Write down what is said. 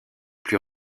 plus